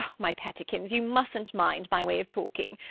my pettikins, you mustn't mind my way of talking.